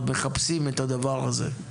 עוד מחפשים את הדבר הזה,